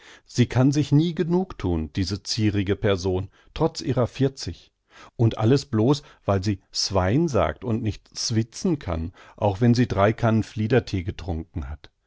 sie kann sich nie genug thun diese zierige person trotz ihrer vierzig und alles blos weil sie swein sagt und nicht switzen kann auch wenn sie drei kannen fliederthee getrunken sie